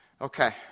Okay